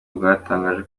bwatangaje